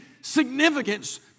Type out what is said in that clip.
significance